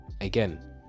again